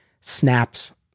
snaps